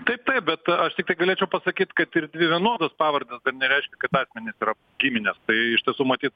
taip taip bet aš tiktai galėčiau pasakyt kad ir dvi vienodos pavardės dar nereiškia kad asmenys yra giminės tai iš tiesų matyt